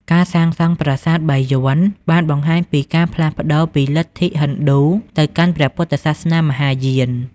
ការសាងសង់ប្រាសាទបាយ័នបានបង្ហាញពីការផ្លាស់ប្តូរពីលទ្ធិហិណ្ឌូទៅកាន់ព្រះពុទ្ធសាសនាមហាយាន។